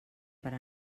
per